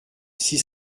six